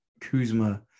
Kuzma